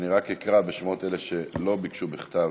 אני רק אקרא בשמות אלה שלא ביקשו בכתב,